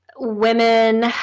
Women